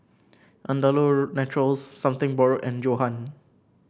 Andalou Naturals Something Borrowed and Johan